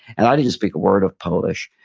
and i didn't speak a word of polish,